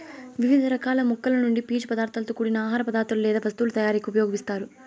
వివిధ రకాల మొక్కల నుండి పీచు పదార్థాలతో కూడిన ఆహార పదార్థాలు లేదా వస్తువుల తయారీకు ఉపయోగిస్తారు